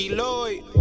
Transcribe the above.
Lloyd